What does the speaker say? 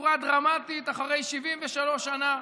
בצורה דרמטית אחרי 73 שנה.